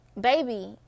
Baby